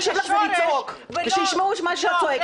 שחשוב לך זה לצעוק ושישמעו מה שאת צועקת.